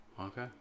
okay